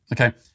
Okay